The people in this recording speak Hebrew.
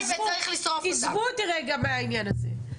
עזבו אותי רגע מהעניין הזה,